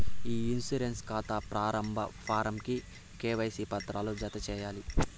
ఇ insurance కాతా ప్రారంబ form కి కేవైసీ పత్రాలు జత చేయాలి